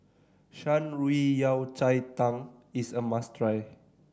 Shan Rui Yao Cai Tang is a must try